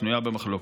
שנוי במחלוקת.